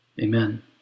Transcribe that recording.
Amen